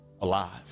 alive